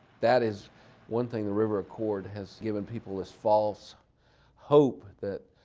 that is one thing the river accord has given people, this false hope that,